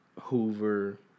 Hoover